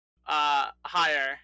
Higher